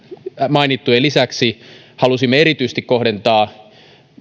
mainittujen lisäksi halusimme erityisesti kohdentaa